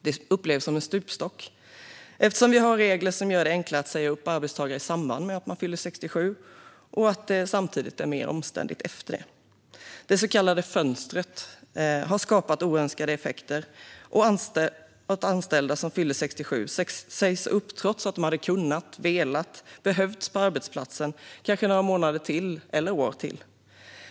Det upplevs som en stupstock, eftersom vi har regler som gör det enklare att säga upp arbetstagare i samband med att man fyller 67 och det samtidigt är mer omständligt efter det. Det så kallade fönstret har skapat oönskade effekter. Anställda som fyller 67 sägs upp trots att de hade kunnat och velat stanna kvar och trots att de hade behövts på arbetsplatsen kanske några månader eller år till.